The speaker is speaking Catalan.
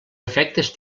efectes